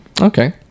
Okay